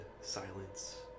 silence